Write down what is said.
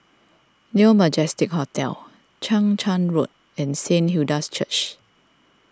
New Majestic Hotel Chang Charn Road and Saint Hilda's Church